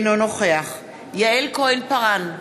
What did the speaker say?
אינו נוכח יעל כהן-פארן,